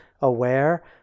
aware